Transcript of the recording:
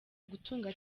gutunga